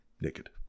naked